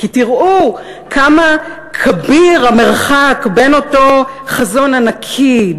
כי תראו כמה כביר המרחק בין אותו חזון ענקי,